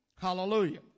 Hallelujah